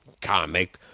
comic